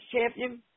champion